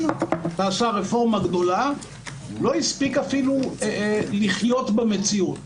ועשה רפורמה גדולה לא הספיק אפילו לחיות במציאות.